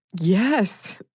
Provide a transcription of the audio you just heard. Yes